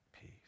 peace